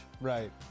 Right